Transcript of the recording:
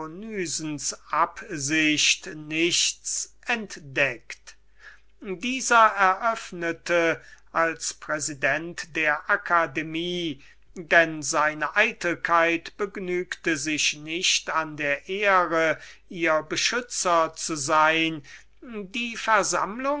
nichts entdeckt dieser eröffnete als präsident der akademie denn seine eitelkeit begnügte sich nicht an der ehre ihr beschützer zu sein die